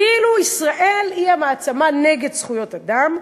כאילו ישראל היא מעצמה נגד זכויות אדם,